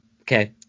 okay